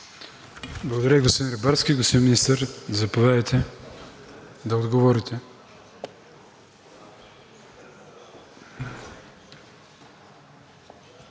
Благодаря Ви, господин Рибарски. Господин Министър, заповядайте да отговорите.